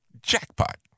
jackpot